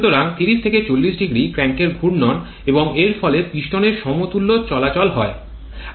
সুতরাং ৩০ থেকে ৪০০ ক্র্যাঙ্কের ঘূর্ণন এবং এর ফলে পিস্টন এর সমতুল্য চলাচল হয়